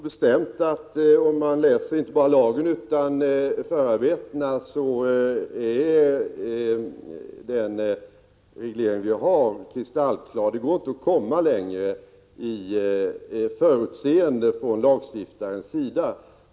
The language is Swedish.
Herr talman! Jag påstår bestämt, att om man läser inte bara lagen utan också förarbetena finner man att den nuvarande regleringen är kristallklar. Det går inte att komma längre i förutseende från lagstiftarens sida.